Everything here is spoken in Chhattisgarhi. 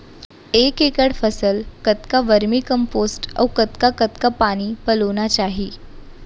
एक एकड़ फसल कतका वर्मीकम्पोस्ट अऊ कतका कतका पानी पलोना चाही?